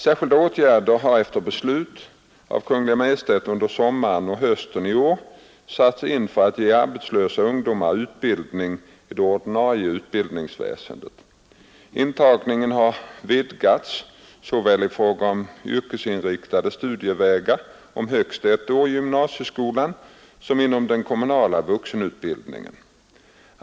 Särskilda åtgärder har efter beslut av Kungl. Maj:t under sommaren och hösten i år satts in för att ge arbetslösa ungdomar utbildning i det ordinarie utbildningsväsendet. Intagningen har vidgats såväl i fråga om yrkesinriktade studievägar om högst ett år i gymnasieskolan som inom den kommunala vuxenutbildningen.